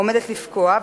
עומדת לפקוע,